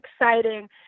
exciting